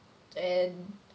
and